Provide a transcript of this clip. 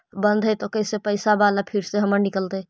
बन्द हैं त कैसे पैसा बाला फिर से हमर निकलतय?